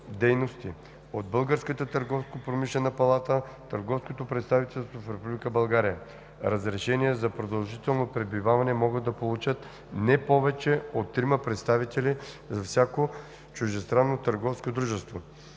от Българската търговско-промишлена палата търговско представителство в Република България; разрешение за продължително пребиваване могат да получат не повече от трима представители за всяко чуждестранно търговско дружество;